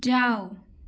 जाओ